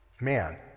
man